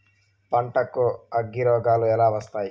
పంటకు అగ్గిరోగాలు ఎలా వస్తాయి?